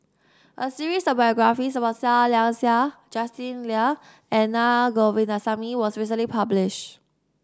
a series of biographies about Seah Liang Seah Justin Lean and Naa Govindasamy was recently publish